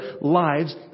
lives